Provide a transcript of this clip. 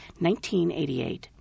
1988